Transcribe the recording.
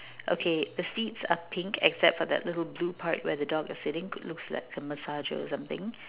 okay the seats are pink except for that little blue part where the dog is sitting could looks like a massager or something